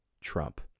Trump